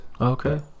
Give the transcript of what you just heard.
Okay